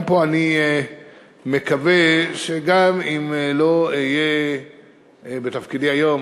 גם פה אני מקווה שגם אם לא אהיה בתפקידי היום,